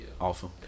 Awesome